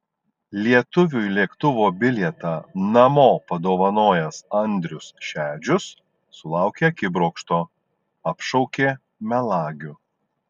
lietuviui lėktuvo bilietą namo padovanojęs andrius šedžius sulaukė akibrokšto apšaukė melagiu